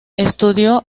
estudió